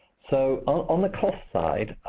so um on the cost side,